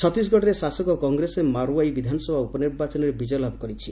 ଛତିଶଗଡ଼ରେ ଶାସକ କଂଗ୍ରେସ ମାର୍ୱାଇ ବିଧାନସଭା ଉପନିର୍ବାଚନରେ ବିଜୟ ଲାଭ କରିଛି